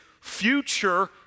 future